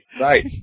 right